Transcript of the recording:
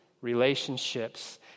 relationships